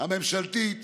הממשלתית